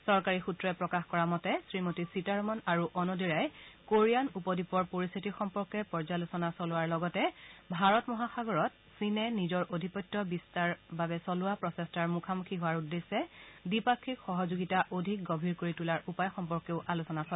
চৰকাৰী সূএই প্ৰকাশ কৰা মতে শ্ৰীমতী সীতাৰমন আৰু অন ডেৰাই কোৰিয়ানে উপদ্বীপৰ পৰিস্থিতি সম্পৰ্কে পৰ্যালোচনা চলোৱাৰ লগতে ভাৰত মহাসাগৰত চীনে নিজৰ আধিপত্য বিস্তাৰ বাবে চলোৱা প্ৰচেষ্টাৰ মুখামুখি হোৱাৰ উদ্দেশ্যে দ্বিপাক্ষিক সহযোগিতা অধিক গভীৰ কৰি তোলাৰ উপায় সম্পৰ্কে আলোচনা কৰিব